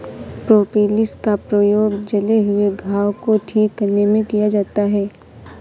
propolis का प्रयोग जले हुए घाव को ठीक करने में किया जाता है